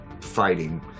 fighting